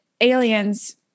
aliens